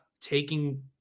taking